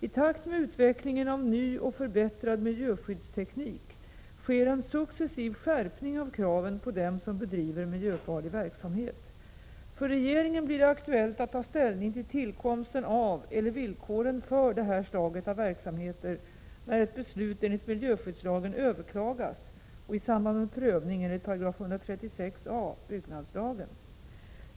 I takt med utvecklingen av ny och förbättrad miljöskyddsteknik sker en successiv skärpning av kraven på dem som bedriver miljöfarlig verksamhet. För regeringen blir det aktuellt att ta ställning till tillkomsten av eller villkoren för det här slaget av verksamheter när ett beslut enligt miljöskyddslagen överklagas och i samband med prövning enligt 136a § byggnadslagen.